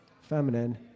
feminine